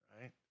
right